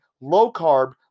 low-carb